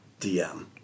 DM